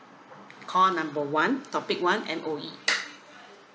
call number one topic one M_O_E